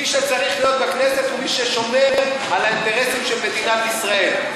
מי שצריך להיות בכנסת הוא מי ששומר על האינטרסים של מדינת ישראל.